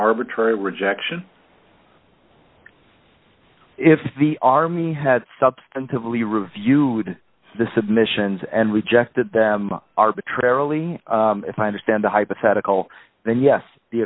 arbitrary rejection if the army had substantively reviewed the submissions and rejected them arbitrarily if i understand the hypothetical then ye